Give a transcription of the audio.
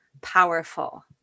powerful